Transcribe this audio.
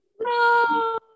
No